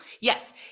Yes